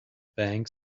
bank